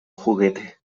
juguete